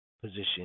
position